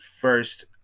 First